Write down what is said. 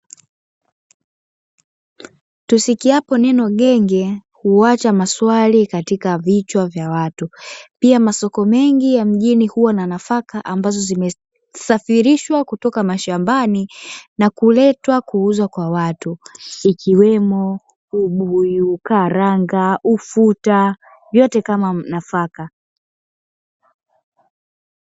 Tusikiapo neno genge huaacha maswali katika vichwa vya watu, pia masoko mengi ya mjini, huwa na nafaka ambazo zimesafirishwa kutoka mashambani na kuletwa kuuzwa kwa watu, ikiwemo ubuyu, karanga, ufuta vyote kama nafaka.